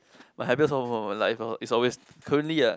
my happiest moment of my life uh is always currently ah